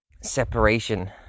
separation